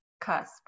cusp